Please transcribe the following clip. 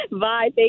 Bye